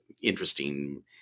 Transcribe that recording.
interesting